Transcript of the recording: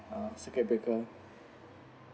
uh circuit breaker